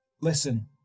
Listen